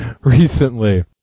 recently